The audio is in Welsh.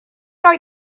roi